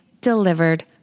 delivered